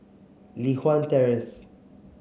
Li Hwan Terrace